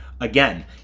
again